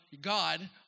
God